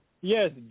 Yes